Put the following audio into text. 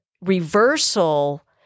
reversal